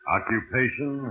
Occupation